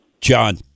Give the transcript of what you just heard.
john